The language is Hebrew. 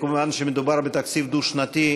מכיוון שמדובר בתקציב דו-שנתי,